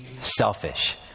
selfish